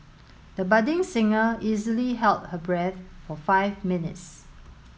the budding singer easily held her breath for five minutes